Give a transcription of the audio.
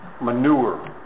manure